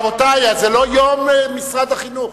רבותי, זה לא יום משרד החינוך.